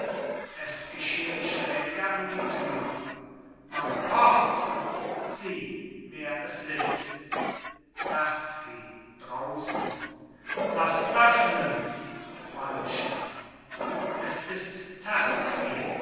es geschehen schläge an die tür man pocht sieh wer es ist terzky draußen laß öffnen wallenstein es ist